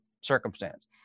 circumstance